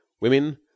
women